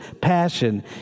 passion